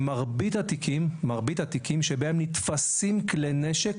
שמרבית התיקים שבהם נתפסים כלי נשק